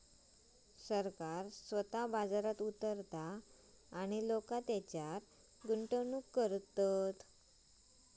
सरकार स्वतः बाजारात उतारता आणि लोका तेच्यारय गुंतवणूक करू शकतत